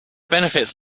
benefits